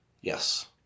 Yes